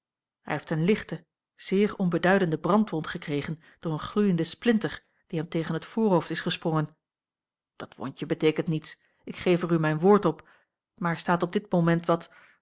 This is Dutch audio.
hij heeft eene lichte zeer onbeduidende brandwond gekregen door een gloeienden splinter die hem tegen het voorhoofd is gesprongen dat wondje beteekent niets ik geef er u mijn woord op maar staat op dit moment wat